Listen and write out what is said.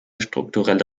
strukturelle